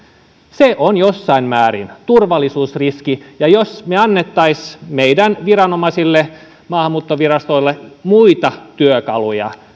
se on jossain määrin turvallisuusriski ja jos me antaisimme meidän viranomaisillemme maahanmuuttovirastolle muita työkaluja